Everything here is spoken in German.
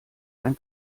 ein